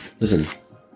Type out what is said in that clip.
Listen